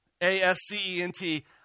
A-S-C-E-N-T